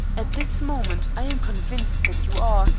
at this moment i am convinced that you are,